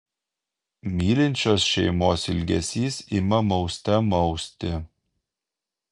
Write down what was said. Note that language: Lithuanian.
mylinčios šeimos ilgesys ima mauste mausti